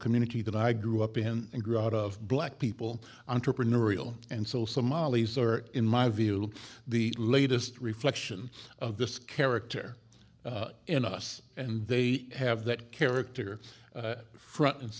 community that i grew up in and grew out of black people entrepreneurial and so somalis are in my view the latest reflection of this character in us and they have that character front and